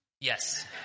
Yes